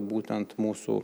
būtent mūsų